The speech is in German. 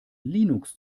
linux